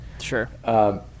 Sure